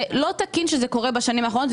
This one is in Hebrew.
זה לא תקין שזה קורה בשנים האחרונות.